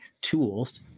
tools